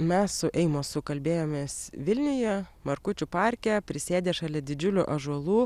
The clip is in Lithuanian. mes su eimosu kalbėjomės vilniuje markučių parke prisėdę šalia didžiulių ąžuolų